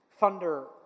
Thunder